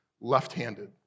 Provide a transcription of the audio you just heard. left-handed